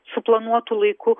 suplanuotu laiku